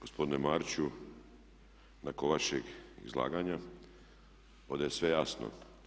Gospodine Mariću, nakon vašeg izlaganja ovdje je sve jasno.